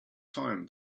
time